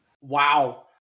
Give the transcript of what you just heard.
Wow